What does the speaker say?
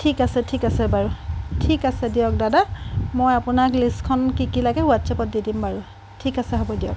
ঠিক আছে ঠিক আছে বাৰু ঠিক আছে দিয়ক দাদা মই আপোনাক লিষ্টখন কি কি লাগে হোৱাটছএপত দি দিম বাৰু ঠিক আছে হ'ব দিয়ক